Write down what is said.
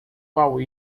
qual